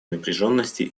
напряженности